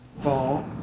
fall